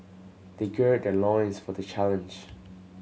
they gird their loins for the challenge